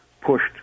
pushed